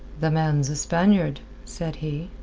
the man's a spaniard, said he,